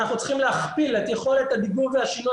אנחנו צריכים להכפיל את יכולת הדיגום והשינוע